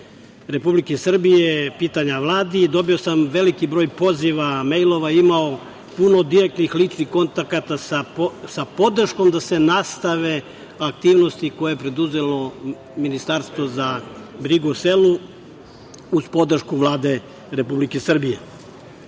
Republike Srbije, pitanja Vladi, dobio sam veliki broj poziva, mejlova, i imao puno direktnih ličnih kontakata sa podrškom da se nastave aktivnosti koje je preduzelo Ministarstvo za brigu o selu uz podršku Vlade Republike Srbije. Nema